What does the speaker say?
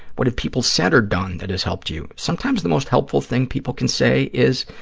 what have people said or done that has helped you? sometimes the most helpful thing people can say is,